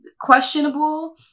questionable